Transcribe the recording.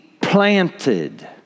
planted